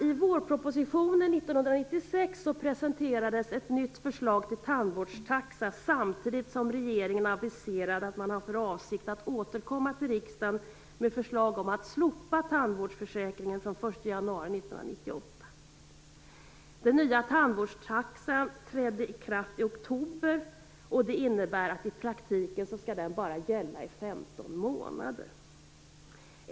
I vårpropositionen 1996 presenterades ett nytt förslag till tandvårdstaxa, samtidigt som regeringen aviserade att den hade för avsikt att återkomma till riksdagen med förslag om att slopa tandvårdsförsäkringen, vilket skulle gälla från den 1 januari 1998. Den nya tandvårdstaxan trädde i kraft i oktober. Det innebär att den i praktiken skall gälla i endast 15 månader.